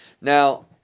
now